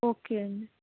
okay అండి